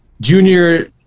junior